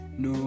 no